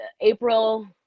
april